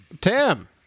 Tim